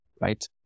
right